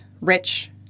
rich